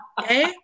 okay